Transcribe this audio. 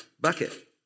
bucket